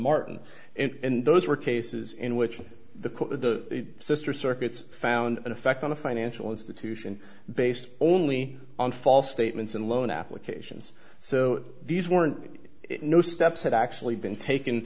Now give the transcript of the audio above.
martin and those were cases in which the sr circuits found an effect on a financial institution based only on false statements and loan applications so these weren't no steps had actually been taken